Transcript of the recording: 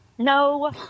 No